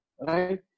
Right